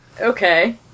Okay